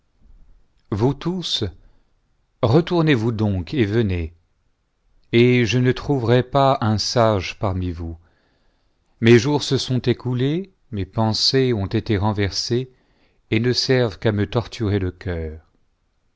vous tous retournez-vous donc et venez et je ne trouverai pas un sage parmi vous mes jours se sont écoulés mes pensées ont été renversées et ne servent qu'à me torturer le cœur